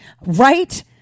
Right